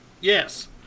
Yes